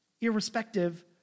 irrespective